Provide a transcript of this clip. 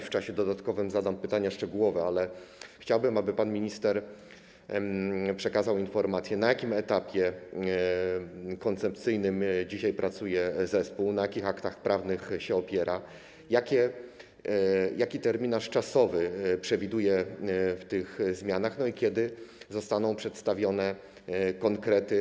W czasie dodatkowym zadam pytania szczegółowe, ale chciałbym, aby pan minister przekazał informacje, na jakim etapie koncepcyjnym dzisiaj pracuje zespół, na jakich aktach prawnych się opiera, jaki terminarz czasowy przewiduje w przypadku tych zmian i kiedy zostaną przedstawione konkrety.